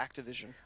Activision